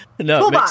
No